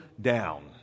down